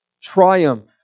triumph